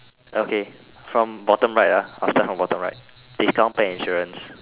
okay from bottom right ah I start from bottom right discount pet insurance